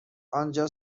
آنجا